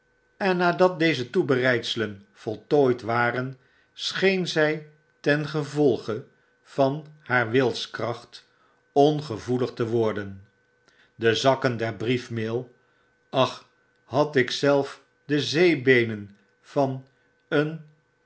en nadat deze toebereidselen voltooid waren scheen zy ten gevolge van haar wilskracht ongevoelig te worden de zakken der brievenmaal ach had ik zelf de zee beenen van een